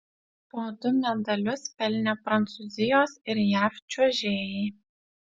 po du medalius pelnė prancūzijos ir jav čiuožėjai